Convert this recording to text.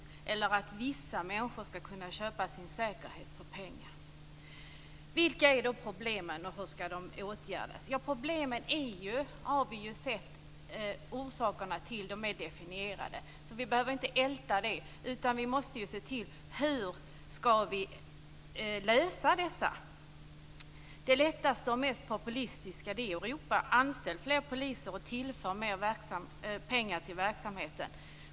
Vi vill inte heller att vissa människor skall kunna köpa sin säkerhet för pengar. Vilka är då problemen och hur skall de åtgärdas? Ja, orsakerna till problemen är ju, det har vi sett, definierade. Vi behöver inte älta det. Vi måste se till frågan om hur vi skall lösa problemen. Det lättaste och mest populistiska är att ropa: Anställ fler poliser och tillför mer pengar till verksamheten!